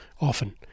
often